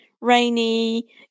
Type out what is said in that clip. rainy